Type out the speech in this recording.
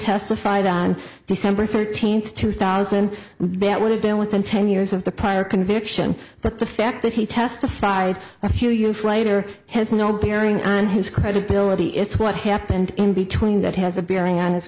testified on december thirteenth two thousand bet would have been within ten years of the prior conviction but the fact that he testified a few years later has no bearing on his credibility it's what happened in between that has a bearing on his